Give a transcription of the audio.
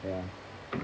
ya